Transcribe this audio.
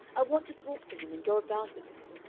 i want to talk to him and go about with him.